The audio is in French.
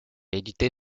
édité